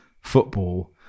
football